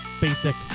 basic